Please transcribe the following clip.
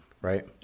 Right